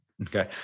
Okay